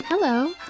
Hello